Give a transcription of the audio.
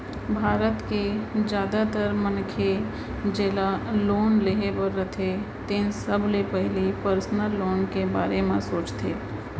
भारत के जादातर मनखे जेला लोन लेहे बर रथे तेन सबले पहिली पर्सनल लोन के बारे म सोचथे